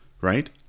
Right